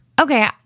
okay